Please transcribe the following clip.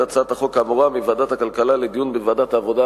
הצעת החוק האמורה מוועדת הכלכלה לדיון בוועדת העבודה,